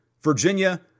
Virginia